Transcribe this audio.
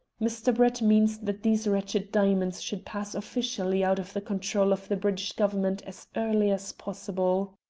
mr. brett means that these wretched diamonds should pass officially out of the control of the british government as early as possible.